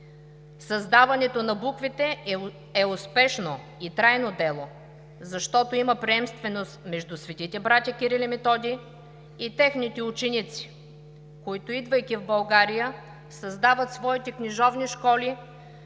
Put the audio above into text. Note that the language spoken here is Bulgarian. Създаването на буквите е успешно и трайно дело, защото има приемственост между светите братя Кирил и Методий и техните ученици, които, идвайки в България, създават своите книжовни школи